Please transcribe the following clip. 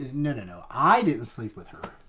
no, and no. i didn't sleep with her.